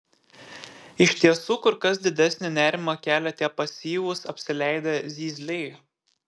iš tiesų kur kas didesnį nerimą kelia tie pasyvūs apsileidę zyzliai